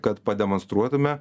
kad pademonstruotume